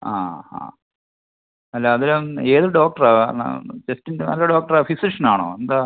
ആ ആ അല്ല അത് ഏത് ഡോക്ടറാണ് ചെസ്റ്റിൻ്റെ നല്ല ഡോക്ടറാ ഫിസിഷനാണോ എന്താണ്